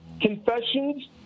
Confessions